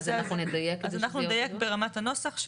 אז אנחנו נדייק ברמת הנוסח,